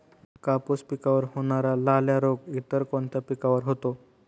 कापूस पिकावर होणारा लाल्या रोग इतर कोणत्या पिकावर होतो?